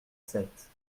sept